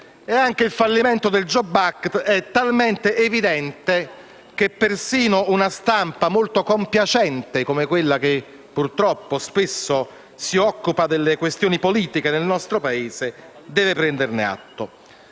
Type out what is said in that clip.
Anche il fallimento del *jobs act* è talmente evidente che persino una stampa molto compiacente, come quella che, purtroppo, spesso si occupa delle questioni politiche nel nostro Paese, deve prenderne atto.